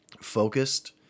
focused